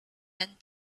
and